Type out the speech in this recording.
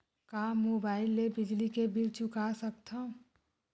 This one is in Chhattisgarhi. का मुबाइल ले बिजली के बिल चुका सकथव?